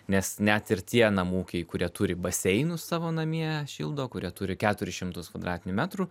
nes net ir tie namų ūkiai kurie turi baseinus savo namie šildo kurie turi keturis šimtus kvadratinių metrų